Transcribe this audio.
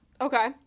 Okay